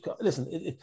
listen